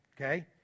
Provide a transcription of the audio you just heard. okay